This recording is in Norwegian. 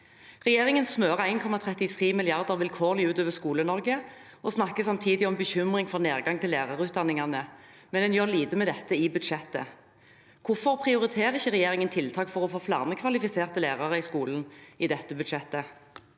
Regjeringen smører 1,33 mrd. kr vilkårlig ut over Skole-Norge. Samtidig snakker de om bekymring for nedgang til lærerutdanningene, men en gjør lite med dette i budsjettet. Hvorfor prioriterer ikke regjeringen tiltak for å få flere kvalifiserte lærere i skolen i budsjettet?